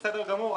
בסדר גמור,